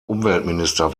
umweltminister